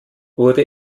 wurde